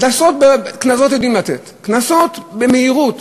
קנסות יודעים לתת, קנסות במהירות.